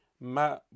ma